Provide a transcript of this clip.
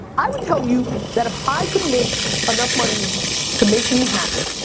i would tell you that if i could make enough money to make me happy